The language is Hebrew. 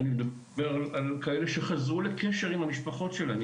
אני מדבר על כאלה שחזרו לקשר עם המשפחות שלהם,